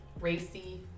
racy